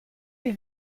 les